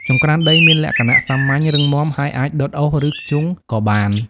ចង្ក្រានដីមានលក្ខណៈសាមញ្ញ រឹងមាំ ហើយអាចដុតអុស ឬ ធ្យូងក៏បាន។